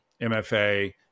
MFA